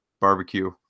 barbecue